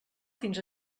fins